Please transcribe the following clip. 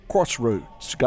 Crossroads